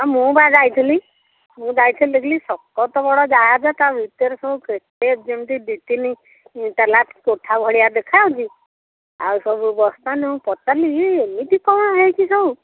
ହଁ ମୁଁ ବା ଯାଇଥିଲି ମୁଁ ଯାଇଥିଲି ଦେଖିଲି ବଡ଼ ଯାହାଜ ତା ଭିତରେ ସବୁ କେତେ ଯେମିତି ଦୁଇ ତିନି ତା'ଲା କୋଠା ଭଳିଆ ଦେଖା ହେଇଛି ଆଉ ସବୁ ବସିଥାନ୍ତି ମୁଁ ପଚାରିଲି ଏମିତି କ'ଣ ହେଇଛି ସବୁ